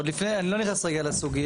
עוד לפני, אני לא נכנס רגע לסוגיה.